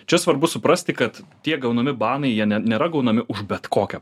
čia svarbu suprasti kad tie gaunami banai jie ne nėra gaunami už bet kokią